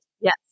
Yes